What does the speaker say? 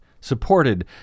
supported